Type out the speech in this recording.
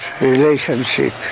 relationship